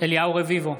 אליהו רביבו,